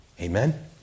Amen